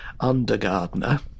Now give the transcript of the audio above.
Undergardener